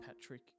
Patrick